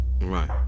Right